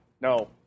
No